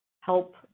help